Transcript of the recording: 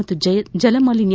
ಮತ್ತು ಜಲ ಮಾಲಿನ್ಲ